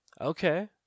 Okay